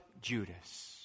Judas